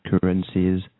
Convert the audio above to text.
currencies